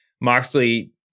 Moxley